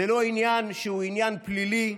זה לא עניין שהוא עניין פלילי,